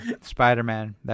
Spider-Man